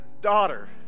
daughter